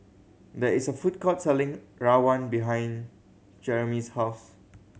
there is a food court selling rawon behind Jereme's house